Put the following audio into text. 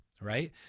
right